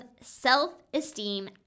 self-esteem